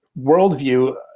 worldview